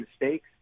mistakes